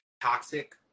toxic